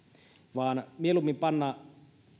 vaan mieluummin pannaan